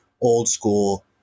old-school